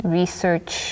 research